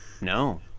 No